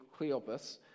Cleopas